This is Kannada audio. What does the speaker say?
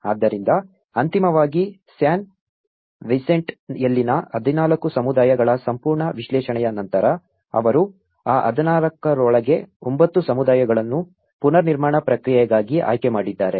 ಆದ್ದರಿಂದ ಅಂತಿಮವಾಗಿ ಸ್ಯಾನ್ ವಿಸೆಂಟೆಯಲ್ಲಿನ 14 ಸಮುದಾಯಗಳ ಸಂಪೂರ್ಣ ವಿಶ್ಲೇಷಣೆಯ ನಂತರ ಅವರು ಆ 14 ರೊಳಗೆ 9 ಸಮುದಾಯಗಳನ್ನು ಪುನರ್ನಿರ್ಮಾಣ ಪ್ರಕ್ರಿಯೆಗಾಗಿ ಆಯ್ಕೆ ಮಾಡಿದ್ದಾರೆ